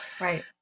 Right